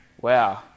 wow